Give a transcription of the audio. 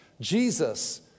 Jesus